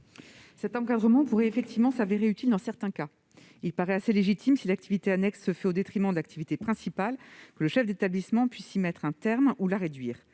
Cet encadrement pourrait effectivement se révéler utile dans certains cas : il paraît assez légitime, si l'activité annexe se fait au détriment de l'activité principale, que le chef d'établissement puisse y mettre un terme ou la réduire.